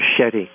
machete